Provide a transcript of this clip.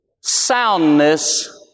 soundness